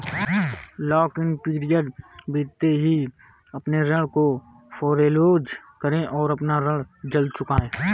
lock in period बीतते ही अपने ऋण को फोरेक्लोज करे और अपना ऋण जल्द चुकाए